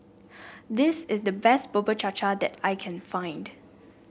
this is the best Bubur Cha Cha that I can find